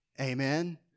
Amen